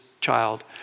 child